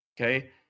Okay